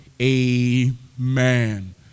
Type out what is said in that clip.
amen